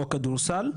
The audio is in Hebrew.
או כדורסל,